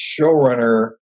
showrunner